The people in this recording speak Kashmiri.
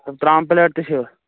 تِم ترٛامہٕ پَلیٹ تہِ چھِ